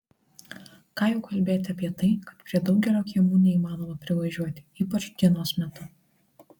ką jau kalbėti apie tai kad prie daugelio kiemų neįmanoma privažiuoti ypač dienos metu